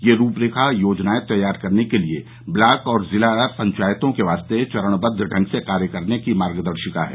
यह रूपरेखा योजनाएं तैयार करने के लिए ब्लॉक और जिला पंचायतों के वास्ते चरणबद्व ढंग से कार्य करने की मार्गदर्शिका है